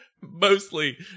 mostly